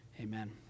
Amen